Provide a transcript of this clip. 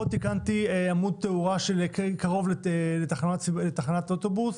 פה תיקנתי עמוד תאורה קרוב לתחנת אוטובוס,